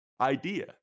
idea